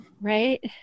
right